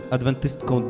Adwentystką